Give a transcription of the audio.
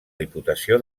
diputació